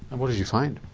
and what did you find?